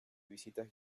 visitas